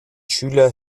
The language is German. schüler